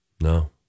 No